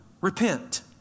repent